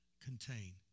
contain